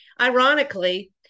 Ironically